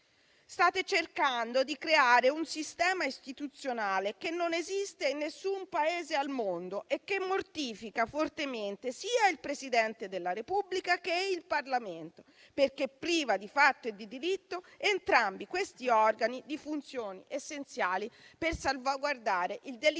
State cercando di creare un sistema istituzionale che non esiste in nessun Paese al mondo e che mortifica fortemente sia il Presidente della Repubblica che il Parlamento, perché priva di fatto e di diritto entrambi questi organi di funzioni essenziali per salvaguardare il delicato